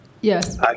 Yes